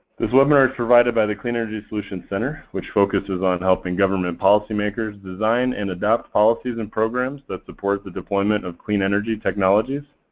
this webinar is provided by the clean energy solutions center, which focuses on helping government policymakers design and adopt policies and programs that support the deployment of clean energy technologies.